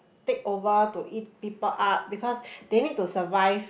take over to eat people up because they need to survive